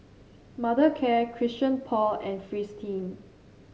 Mothercare Christian Paul and Fristine